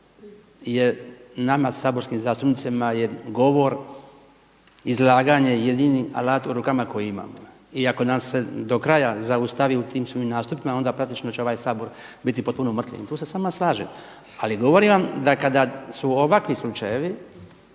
je nama saborskim zastupnicima je govor, izlaganje jedini alat u rukama koji imamo i ako nas se do kraja zaustavi u tim svojim nastupima onda praktično će ovaj Sabor biti potpuno umrtvljen i tu se s vama slažem. Ali govorim vam da kada su ovakvi slučajevi,